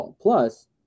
Plus